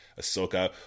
ahsoka